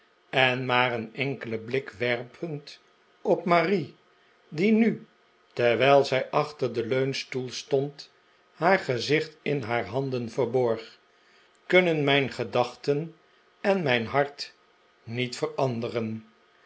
en maar een enkelen blik werpend op marie die nu terwijl zij achter den leunstoel stond haar gezicht in haar handen verborg kunnen mijn gedachten en mijn hart niet verantieren